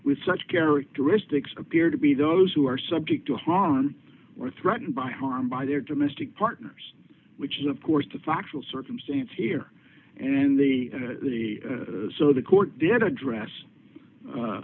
with such characteristics appear to be those who are subject to harm or threatened by harm by their domestic partners which is of course the factual circumstance here and the so the court didn't address